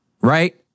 right